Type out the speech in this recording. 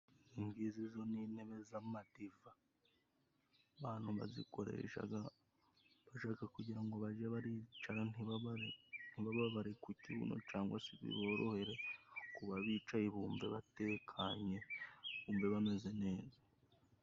Izingizi zo ni intebe z'amadiva, abantu bazikoreshaga bashaka kugira ngo baje baricara ntibababare ku kibuno cangwa se biborohere kuba bicaye bumva batekanye, bumve bameze neza.